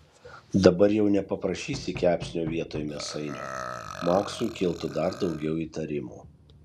dabar jau nepaprašysi kepsnio vietoj mėsainio maksui kiltų dar daugiau įtarimų